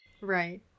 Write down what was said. right